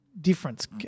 difference